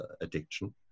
addiction